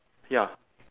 ya